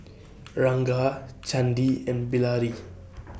Ranga Chandi and Bilahari